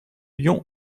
yon